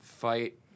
Fight